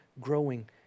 growing